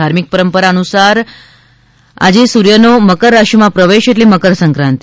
ધાર્મિક પરંપરા નુસાર આજે સૂર્યનો મકર રાશિમાં પ્રવેશ એટલે મકરસંક્રાંતિ